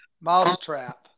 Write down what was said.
Mousetrap